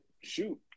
shoot